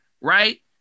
Right